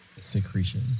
Secretion